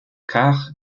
quart